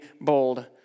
bold